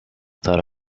thought